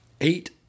eight